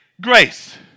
grace